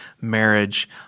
marriage